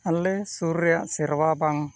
ᱟᱞᱮ ᱥᱩᱨ ᱨᱮᱭᱟᱜ ᱥᱮᱨᱣᱟ ᱵᱟᱝ